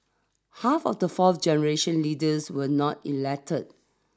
half of the fourth generation leaders were not elected